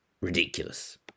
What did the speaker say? ridiculous